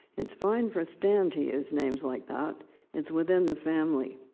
it's fine for stan to use names like that it's within the family.